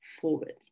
forward